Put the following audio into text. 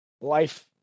life